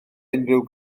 unrhyw